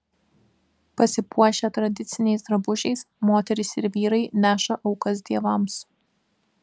pasipuošę tradiciniais drabužiais moterys ir vyrai neša aukas dievams